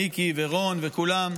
מיקי ורון וכולם,